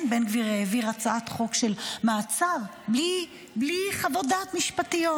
בן גביר העביר הצעת חוק של מעצר בלי חוות דעת משפטיות.